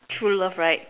true love right